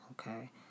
okay